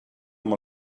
amb